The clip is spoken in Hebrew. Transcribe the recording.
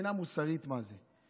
מבחינה מוסרית מה זה.